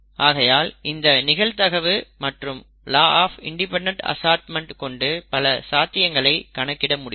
ஆகையால் இந்த நிகழ்தகவு மற்றும் லா ஆஃப் இன்டிபெண்டென்ட் அசார்ட்மெண்ட் கொண்டு பல சாத்தியங்களை கணக்கிட முடியும்